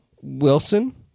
Wilson